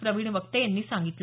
प्रवीण वक्ते यांनी सांगितलं